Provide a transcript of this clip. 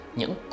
những